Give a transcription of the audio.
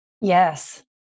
yes